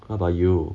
what about you